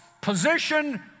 position